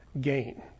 gain